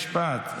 רק לסיים משפט.